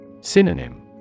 Synonym